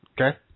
Okay